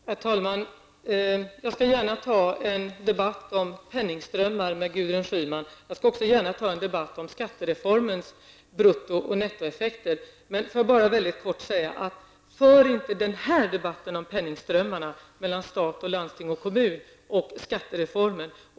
Herr talman! Jag skall gärna föra en debatt om penningströmmar med Gudrun Schyman. Jag skall också gärna föra en debatt om skattereformens brutto och nettoeffekter. Låt mig bara mycket kort säga: För inte denna debatt om penningströmmarna mellan staten och landsting/kommuner mot bakgrund av skattereformen!